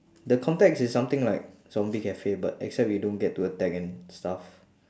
the context is something like zombie cafe but except you don't get to attack and stuff